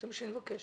זה מה שאני מבקש.